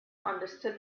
understood